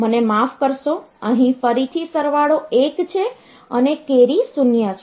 મને માફ કરશો અહીં ફરીથી સરવાળો 1 છે અને કેરી 0 છે